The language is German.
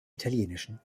italienischen